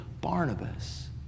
Barnabas